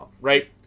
right